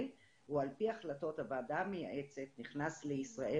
הוא על פי החלטות הוועדה המייעצת נכנס לישראל.